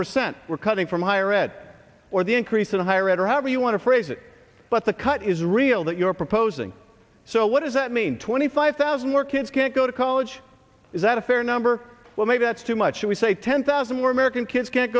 percent we're cutting from higher ed or the increase in the higher ed or however you want to phrase it but the cut is real that you're proposing so what does that mean twenty five thousand more kids can't go to college is that a fair number well maybe that's too much should we say ten thousand more american kids can't